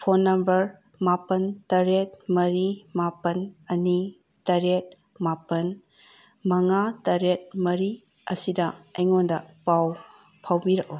phone number ꯃꯥꯄꯟ ꯇꯔꯦꯠ ꯃꯔꯤ ꯃꯥꯄꯟ ꯑꯅꯤ ꯇꯔꯦꯠ ꯃꯥꯄꯟ ꯃꯉꯥ ꯇꯔꯦꯠ ꯃꯔꯤ ꯑꯁꯤꯗ ꯑꯩꯉꯣꯟꯗ ꯄꯥꯎ ꯐꯥꯎꯕꯤꯔꯛꯎ